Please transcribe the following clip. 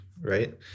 right